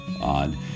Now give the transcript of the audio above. odd